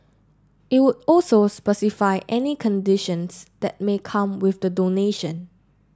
it would also specify any conditions that may come with the donation